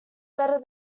better